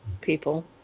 people